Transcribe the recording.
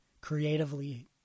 creatively